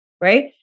right